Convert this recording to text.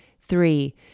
Three